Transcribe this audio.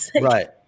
right